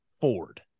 Ford